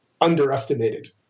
underestimated